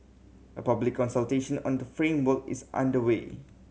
a public consultation on the framework is underway